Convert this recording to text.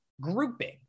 grouping